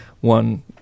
one